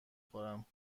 خورم